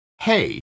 hey